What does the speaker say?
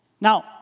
Now